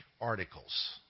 articles